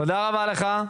תודה רבה לך,